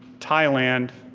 thailand,